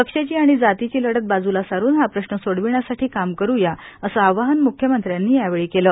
पक्षाची आणि जातीची लढत बाजूला सारून हा प्रश्न सोडविण्यासाठी काम करूया असं आवाहन म्ख्यमंत्र्यांनी यावेळी केलं